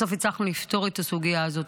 בסוף הצלחנו לפתור את הסוגיה הזאת.